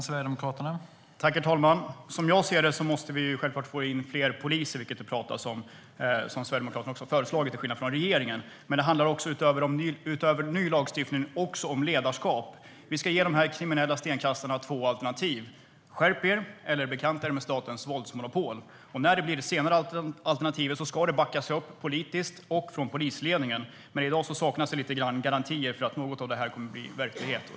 Herr talman! Som jag ser det måste vi såklart få fler poliser. Det pratas om det. Det har Sverigedemokraterna också föreslagit, till skillnad från regeringen. Utöver ny lagstiftning handlar det också om ledarskap. Vi ska ge de kriminella stenkastarna två alternativ: Skärp er, eller bekanta er med statens våldsmonopol! Vid det senare alternativet ska det backas upp politiskt och från polisledningen. I dag saknas det garantier för att något av det kommer att bli verklighet.